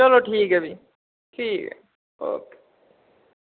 चलो ठीक ऐ फ्ही ठीक ऐ ओके